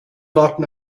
warten